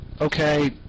Okay